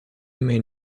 main